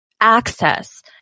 access